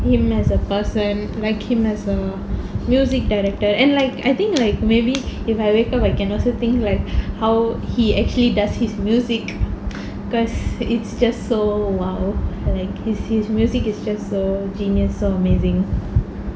him as a person like him as a music director and like I think like maybe if I wake up I can also think like how he actually does his music because it's just so !wow! like his music is just so genius so amazing